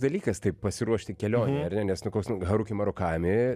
dalykas taip pasiruošti kelionei ar ne nes nu koks nu haruki murakami